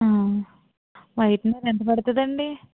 whitener ఎంత పడుతుందండి